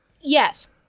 yes